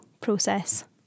process